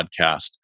podcast